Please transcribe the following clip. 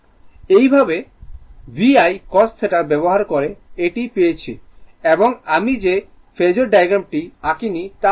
একইভাবে VI cos θ ব্যবহার করে এটি পেয়েছি এবং আমি যে ফেজোর ডায়াগ্রামটি আঁকিনি তা আঁকুন